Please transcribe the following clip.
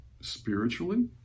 spiritually